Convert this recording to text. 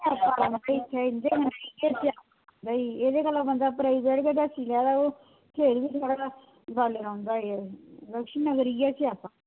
भई एह्दे कोला बंदा प्राईवेट गै दस्सी लैओ ते बख्शीनगर इयै स्यापा